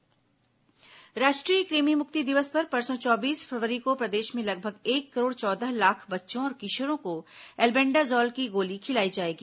कुमि मुक्ति दिवस राष्ट्रीय कृमि मुक्ति दिवस पर परसों चौबीस फरवरी को प्रदेश में लगभग एक करोड़ चौदह लाख बच्चों और किशोरों को एल्बेंडाजॉल की गोली खिलाई जाएगी